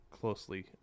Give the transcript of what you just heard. closely